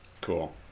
cool